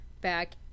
back